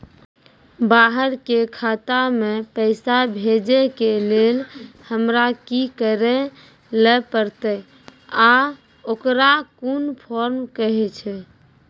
बाहर के खाता मे पैसा भेजै के लेल हमरा की करै ला परतै आ ओकरा कुन फॉर्म कहैय छै?